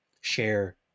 share